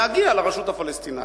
להגיע לרשות הפלסטינית.